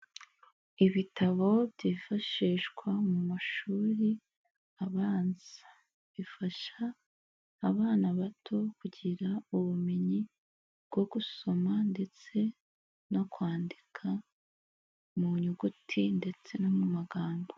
Ibitabo byifashishwa mu mashuri abanza, bifasha abana bato kugira ubumenyi bwo gusoma ndetse no kwandika, mu nyuguti ndetse no mu magambo.